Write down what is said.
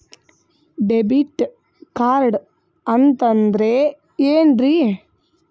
Debit card ಅಂತಂದ್ರೆ ಏನ್ರೀ?